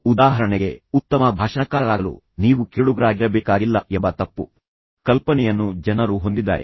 ಉದಾಹರಣೆಗೆ ಉತ್ತಮ ಭಾಷಣಕಾರರಾಗಲು ನೀವು ಕೇಳುಗರಾಗಿರಬೇಕಾಗಿಲ್ಲ ಎಂಬ ತಪ್ಪು ಕಲ್ಪನೆಯನ್ನು ಜನರು ಹೊಂದಿದ್ದಾರೆ ಅದು ಸಂಪೂರ್ಣ ತಪ್ಪು ಕಲ್ಪನೆ ಅದನ್ನು ನಾನು ತೆರವುಗೊಳಿಸಿದ್ದೇನೆ